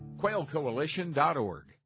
Quailcoalition.org